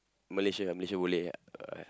Malaysia ah Malaysia boleh ah